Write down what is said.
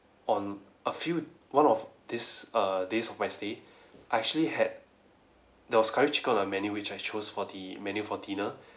on a few one of these err days of my stay I actually had there was curry chicken on the menu which I chose for the menu for dinner